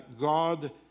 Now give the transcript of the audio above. God